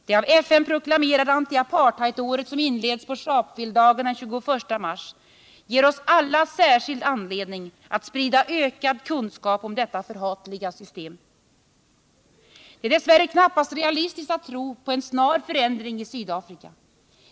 Det av FN proklamerade antiapartheidåret, som inleds på Sharpevilledagen den 21 mars, ger oss alla särskild anledning att sprida ökad kunskap om detta förhatliga system. Det är dess värre knappast realistiskt att tro på en snar förändring i Sydafrika.